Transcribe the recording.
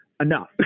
enough